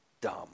dumb